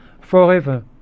forever